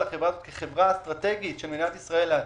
החברה כחברה אסטרטגית של מדינת ישראל לעתיד,